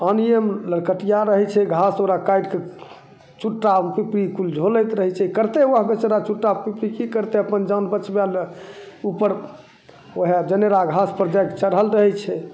पानिएमे नरकटिआ रहै छै घास ओकरा काटिके चुट्टा पिपरी कुल झोलैत रहै छै करतै ओहो बेचारा चुट्टा पिपरी कि करतै अपन जान बचबैले उपर ओहे जनेरा घासपर जाके चढ़ल रहै छै